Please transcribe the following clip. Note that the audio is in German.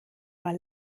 war